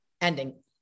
ending